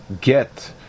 get